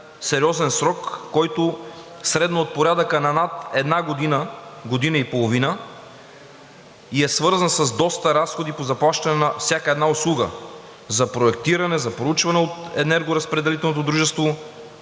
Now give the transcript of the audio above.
сериозен срок, който е средно от порядъка на над една година-година и половина, и е свързан с доста разходи по заплащане на всяка една услуга – за проектиране, за проучване от